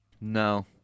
no